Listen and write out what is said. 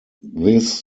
this